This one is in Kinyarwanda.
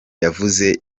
yavuze